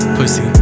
Pussy